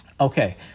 Okay